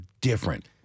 different